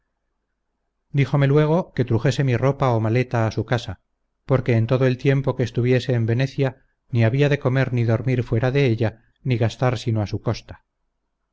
aurelio díjome luego que trujese mi ropa o maleta a su casa porque en todo el tiempo que estuviese en venecia ni había de comer ni dormir fuera de ella ni gastar sino a su costa